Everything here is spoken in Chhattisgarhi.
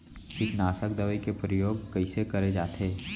कीटनाशक दवई के प्रयोग कइसे करे जाथे?